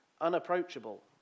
Unapproachable